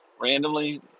randomly